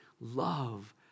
love